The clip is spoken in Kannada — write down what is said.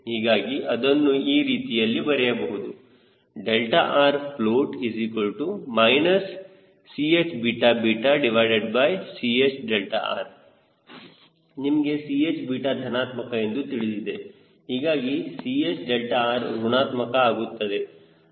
ಹೀಗಾಗಿ ಅದನ್ನು ಈ ರೀತಿಯಲ್ಲಿ ಬರೆಯಬಹುದು rfloat ChChr ನಿಮಗೆ Ch ಧನಾತ್ಮಕ ಎಂದು ತಿಳಿದಿದೆ ಹೀಗಾಗಿ Chr ಋಣಾತ್ಮಕ ಆಗುತ್ತದೆ